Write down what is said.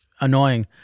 annoying